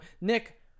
Nick